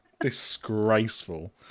Disgraceful